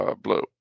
blue